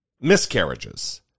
miscarriages